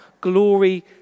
glory